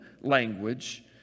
language